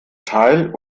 teil